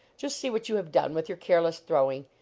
just see what you have done with your careless throwing.